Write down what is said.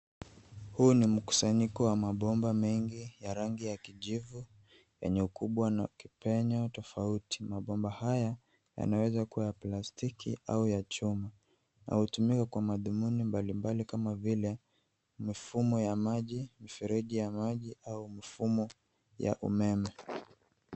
Huu ni mkusanyiko wa mabomba mengi ya rangi ya kijivu, yenye ukubwa na kipenyo tofauti. Mabomba haya yanaweza kua ya plastiki au ya chuma. Yanatumika kwa madhumuni mbali mbali kama vile, mifumo ya maji, mifereji ya maji, au mfumo ya umeme.